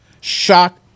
Shock